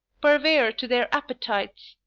purveyor to their appetites.